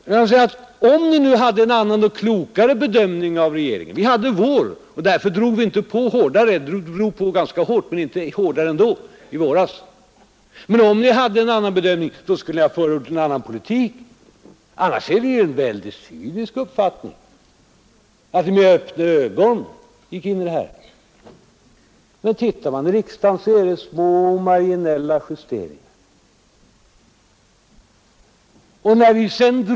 Jag anser att om ni nu hade en annan och klokare bedömning än regeringen — vi hade vår och därför drog vi inte på hårdare i våras; vi drog på ganska hårt men inte hårdare ändå — så skulle ni väl ha förordat en annan politik. Annars har ni ju en mycket cynisk uppfattning. Det skulle ju betyda att ni med öppna ögon gick in i den här situationen. Men tittar man på förslagen till riksdagen så finner man att det är små marginella justeringar ni föreslagit.